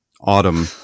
autumn